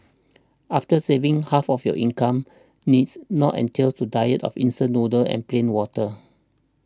after saving half of your income needs not entail a diet of instant noodles and plain water